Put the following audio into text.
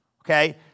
Okay